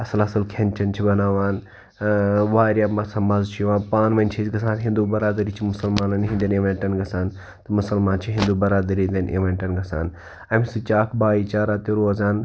اَصٕل اَصٕل کھٮ۪ن چٮ۪ن چھِ بَناوان واریاہ مثلاً مزٕ چھُ یِوان پانہٕ ؤنۍ چھِ أسۍ گژھان ہِندوٗ برادٔری چھِ مُسلمانَن ہِنٛدٮ۪ن اِوٮ۪نٹَن گژھان تہٕ مُسلمان چھِ ہِندوٗ بَرادٔری ہِنٛدٮ۪ن اِوٮ۪نٹَن گژھان اَمہِ سۭتۍ چھِ اَکھ بھایی چارہ تہِ روزان